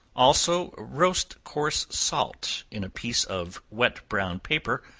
also, roast coarse salt in a piece of wet brown paper,